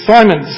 Simon